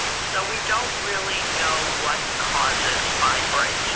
so we don't really know what causes fibroids.